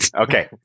Okay